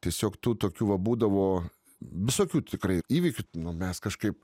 tiesiog tų tokių va būdavo visokių tikrai įvykių nu mes kažkaip